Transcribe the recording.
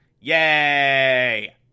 Yay